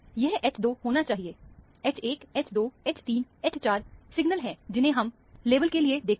यह H2 होना चाहिए H1H2H3H4 सिग्नल है जिन्हें हम मेल के लिए देखते हैं